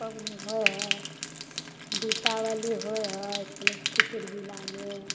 पबनी होइ हइ दीपावली होइ हइ समस्तीपुर जिलामे